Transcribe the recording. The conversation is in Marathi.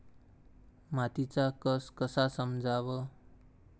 मातीचा कस कसा समजाव?